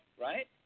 right